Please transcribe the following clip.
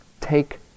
take